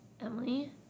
Emily